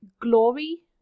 glory